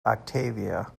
octavia